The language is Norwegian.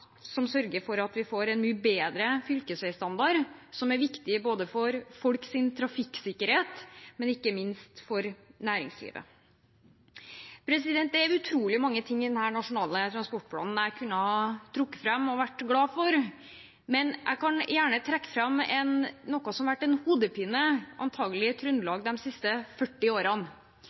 som sørger for at vi får en mye bedre fylkesveistandard, noe som er viktig både for folks trafikksikkerhet og for næringslivet. Det er utrolig mange ting i denne nasjonale transportplanen jeg kunne ha trukket fram og vært glad for, men jeg kan gjerne trekke fram noe som har vært en hodepine i Trøndelag antakelig de siste 40 årene.